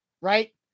right